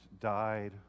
died